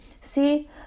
See